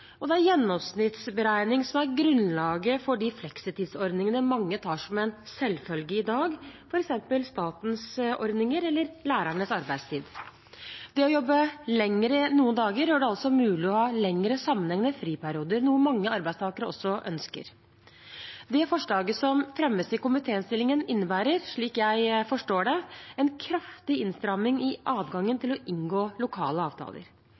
og det er gjennomsnittsberegning som er grunnlaget for de fleksitidsordningene mange tar som en selvfølge i dag, f.eks. statens ordninger eller lærernes arbeidstid. Det å jobbe lenger noen dager gjør det altså mulig å ha lengre sammenhengende friperioder, noe mange arbeidstakere også ønsker. Det forslaget som fremmes i komitéinnstillingen, innebærer, slik jeg forstår det, en kraftig innstramming i adgangen til å inngå lokale avtaler.